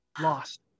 lost